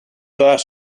todas